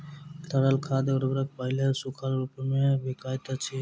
तरल खाद उर्वरक पहिले सूखल रूपमे बिकाइत अछि